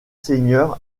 seigneurs